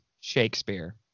shakespeare